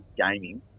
gaming